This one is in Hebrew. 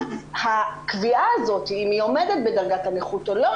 אז הקביעה הזאת אם היא עומדת בדרגת הנכות או לא,